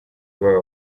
baba